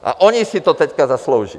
A oni si to teď zaslouží!